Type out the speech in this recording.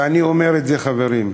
ואני אומר את זה, חברים: